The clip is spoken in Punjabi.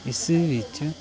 ਇਸ ਵਿੱਚ